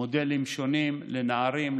מודלים שונים לנערים,